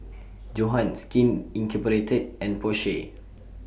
Johan Skin Incorporated and Porsche